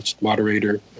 moderator